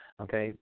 okay